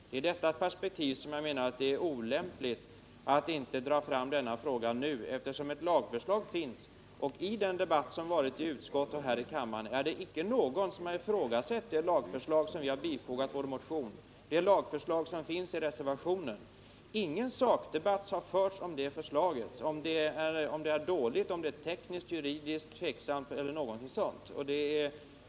Det är i detta perspektiv som jag menar att det är olämpligt att inte dra fram frågan nu, eftersom ett lagförslag finns. I den debatt som har förts i utskottet och här i kammaren är det icke någon som har ifrågasatt det lagförslag som vi har bifogat vår motion och som finns i reservationen. Ingen sakdebatt har förts om huruvida det förslaget är dåligt eller inte, om det är tekniskt eller juridiskt tveksamt eller någonting sådant.